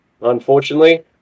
unfortunately